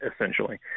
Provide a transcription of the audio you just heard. essentially